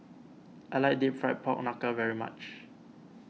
I like Deep Fried Pork Knuckle very much